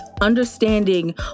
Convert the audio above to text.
understanding